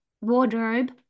wardrobe